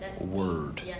word